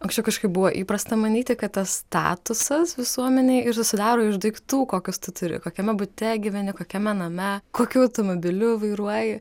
anksčiau kažkaip buvo įprasta manyti kad tas statusas visuomenėj ir susidaro iš daiktų kokius tu turi kokiame bute gyveni kokiame name kokiu automobiliu vairuoji